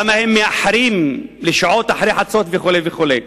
למה הם מאחרים ומגיעים אחרי חצות וכו' וכו'.